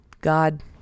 God